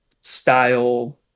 style